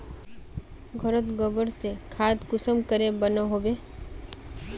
घोरोत गबर से खाद कुंसम के बनो होबे?